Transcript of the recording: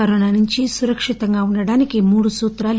Covid నుంచి సురక్షితంగా ఉండటానికి మూడు సూత్రాలు